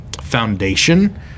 foundation